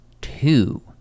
two